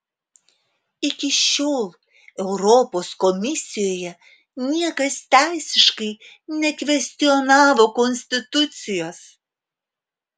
iki šiol europos komisijoje niekas teisiškai nekvestionavo konstitucijos